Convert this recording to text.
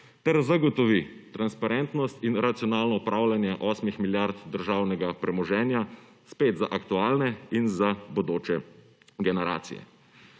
ter zagotovi transparentno in racionalno upravljanje 8 milijard državnega premoženja za aktualne in za bodoče generacije.